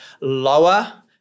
lower